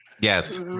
Yes